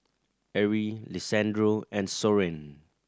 Arie Lisandro and Soren